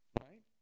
right